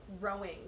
growing